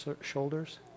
shoulders